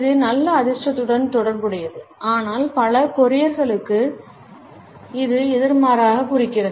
இது நல்ல அதிர்ஷ்டத்துடன் தொடர்புடையது ஆனால் பல கொரியர்களுக்கு இது எதிர்மாறாகவே குறிக்கிறது